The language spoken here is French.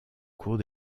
cours